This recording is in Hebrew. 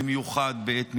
במיוחד בעת מלחמה.